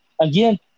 Again